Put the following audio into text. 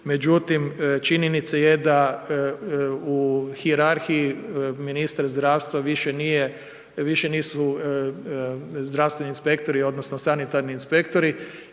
međutim, činjenica je da u hijerarhiji ministar zdravstva više nije, više nisu zdravstveni inspektori odnosno sanitarni inspektori